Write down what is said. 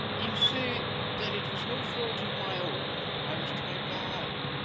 you see that it was no fault of my own i was trying to hide,